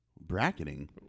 Bracketing